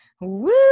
woo